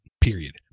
period